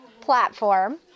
platform